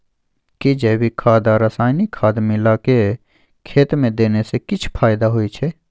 कि जैविक खाद आ रसायनिक खाद मिलाके खेत मे देने से किछ फायदा होय छै?